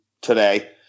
today